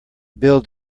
build